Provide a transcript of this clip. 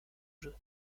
jeu